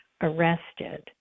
arrested